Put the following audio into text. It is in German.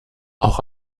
auch